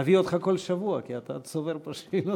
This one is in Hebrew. נביא אותך כל שבוע, כי אתה צובר פה שאלות.